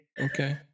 Okay